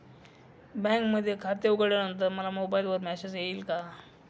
बँकेमध्ये खाते उघडल्यानंतर मला मोबाईलवर मेसेज येईल का?